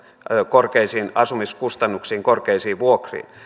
korkeisiin asumiskustannuksiin korkeisiin vuokriin